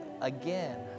again